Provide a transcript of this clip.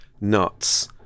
nuts